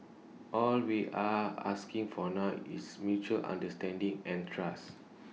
all we're asking for now is mutual understanding and trust